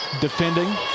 defending